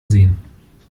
sehen